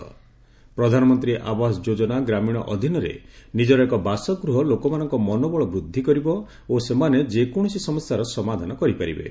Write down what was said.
'ପ୍ରଧାନମନ୍ତ୍ରୀ ଆବାସ ଯୋଜନା ଗ୍ରାମୀଣ' ଅଧୀନରେ ନିଜର ଏକ ବାସଗୃହ ଲୋକମାନଙ୍କ ମନୋବଳ ବୃଦ୍ଧି କରିବ ଓ ସେମାନେ ଯେକୌଣସି ସମସ୍ୟାର ସମାଧାନ କରିପାରିବେ